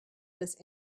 this